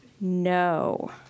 No